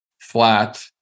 flat